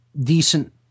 decent